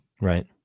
right